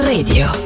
Radio